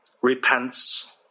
repents